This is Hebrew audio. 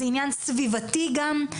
זה עניין סביבתי גם,